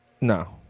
No